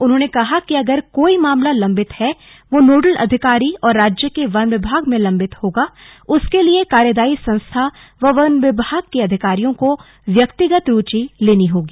उन्होंने कहा कि अगर कोई मामला लम्बित है वह नोडल अधिकारी और राज्य के वन विभाग में लम्बित होगा उसके लिए कार्यदायी संस्था व वन विभाग के अधिकारियों को व्यक्तिगत रूचि लेनी होगी